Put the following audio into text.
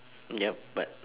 yup but